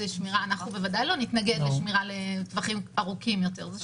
בוודאי שלא נתנגד לשמירה לטווחים ארוכים יותר.